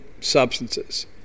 substances